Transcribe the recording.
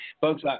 Folks